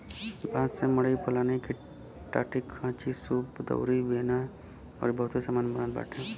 बांस से मड़ई पलानी के टाटीखांचीसूप दउरी बेना अउरी बहुते सामान बनत बाटे